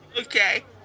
Okay